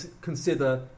consider